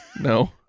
No